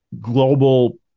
global